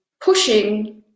pushing